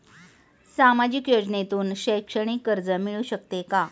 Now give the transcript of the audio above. सामाजिक योजनेतून शैक्षणिक कर्ज मिळू शकते का?